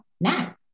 now